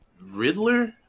Riddler